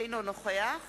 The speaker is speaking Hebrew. אינו נוכח